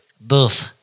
Boof